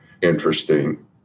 interesting